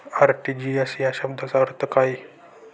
RTGS या शब्दाचा अर्थ काय?